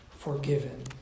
Forgiven